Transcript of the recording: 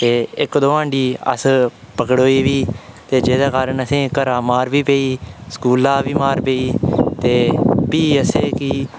ते इक्क दौ हांडी अस पकड़ोए बी ते जेह्दे कारण असें घरा मार पेई स्कूला बी मार पेई ते प्ही असें गी